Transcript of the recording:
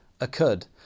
occurred